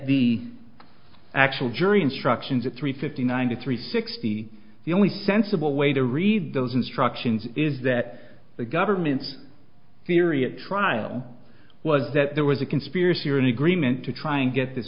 the actual jury instructions at three fifty ninety three sixty the only sensible way to read those instructions is that the government's theory at trial was that there was a conspiracy or an agreement to try and get this